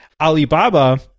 alibaba